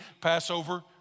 Passover